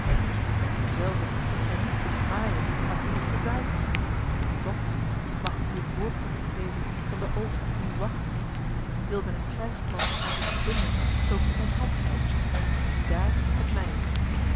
het spreekt vanzelve dat gij niet kunt maaien waar gij niet gezaaid hebt maar toch mag ik u een voorproefje geven van den oogst die u wacht wil men een krijgsman aan zich verbinden zoo biedt men handgeld ziedaar het mijne